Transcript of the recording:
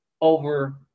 over